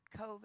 COVID